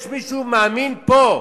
יש מישהו שמאמין פה,